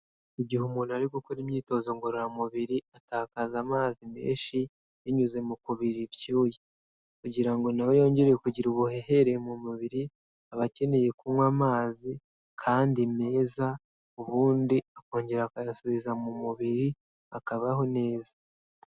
Mu igihe umuntu ari gukora imyitozo ngororamubiri atakaza amazi menshi binyuze mu kubirira ibyuya, kugira ngo nawe yongere kugira ubuhere mu mubiri aba akeneye kunywa amazi kandi meza ubundi akongera akayasubiza mu mubiri akabaho neza.